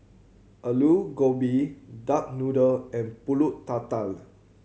Aloo Gobi duck noodle and Pulut Tatal